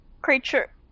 creature